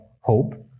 hope